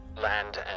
land